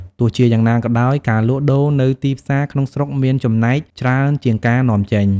ទោះជាយ៉ាងណាក៏ដោយ ការលក់ដូរនៅទីផ្សារក្នុងស្រុកមានចំណែកច្រើនជាងការនាំចេញ។